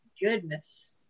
Goodness